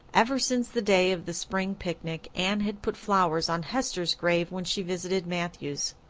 ever since the day of the spring picnic anne had put flowers on hester's grave when she visited matthew's.